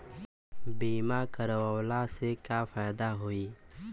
बीमा करवला से का फायदा होयी?